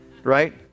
Right